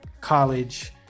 college